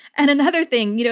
and another thing, you know